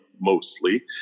Mostly